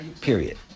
period